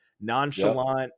nonchalant